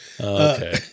Okay